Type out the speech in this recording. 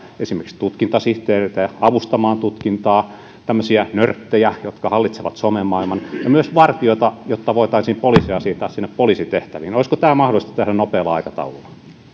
esimerkiksi tutkintasihteereitä avustamaan tutkintaa tämmöisiä nörttejä jotka hallitsevat some maailman ja myös vartijoita jotta voitaisiin poliiseja siirtää sinne poliisitehtäviin olisiko tämä mahdollista tehdä nopealla aikataululla